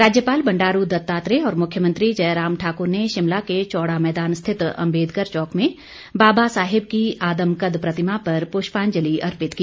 राज्यपाल बंड़ारू दत्तात्रेय और मुख्यमंत्री जयराम ठाकुर ने शिमला के चौड़ा मैदान स्थित अंबेडकर चौक में बाबा साहेब की आदमकद प्रतिमा पर पुष्पाजंलि अर्पित की